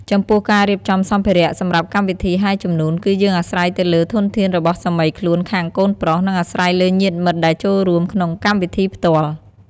ចំពោះការរៀបចំសម្ភារៈសម្រាប់កម្មវិធីហែជំនូន គឺយើងអាស្រ័យទៅលើធនធានរបស់សាមីខ្លួនខាងកូនប្រុស និងអាស្រ័យលើញាតិមិត្តដែលចូលរួមនៅក្នុងកម្មវិធីផ្ទាល់។